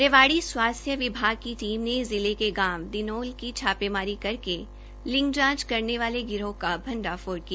रेवाड़ी स्वास्थ्य विभाग की टीम ने जिले के गांव दिनोल की छापेमारी करके लिंग जांच करने वाले गिरोह का भांडाफोड़ किया